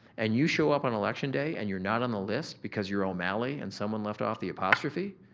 and you show up on election day and you're not on the list because you're o'malley and someone left off the apostrophe,